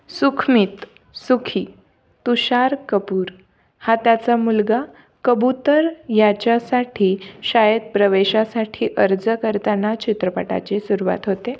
सुखमीत सुखी तुषार कपूर हा त्याचा मुलगा कबूतर याच्यासाठी शाळेत प्रवेशासाठी अर्ज करताना चित्रपटाची सुरुवात होते